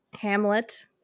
hamlet